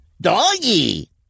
Doggy